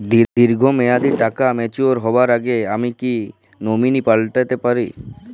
দীর্ঘ মেয়াদি টাকা ম্যাচিউর হবার আগে আমি কি নমিনি পাল্টা তে পারি?